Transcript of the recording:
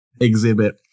exhibit